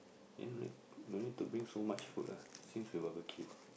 then no ne~ no need to bring so much food lah since you barbeque